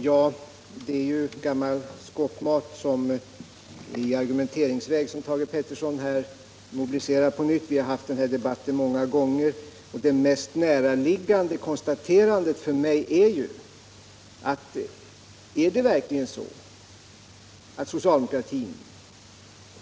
Herr talman! Det är gammal skåpmat i argumentationsväg som Thage Peterson nu mobiliserar på nytt. Vi har haft den här debatten många gånger. Det mest näraliggande för mig att säga är: Ligger det verkligen så till att socialdemokratin